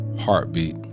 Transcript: heartbeat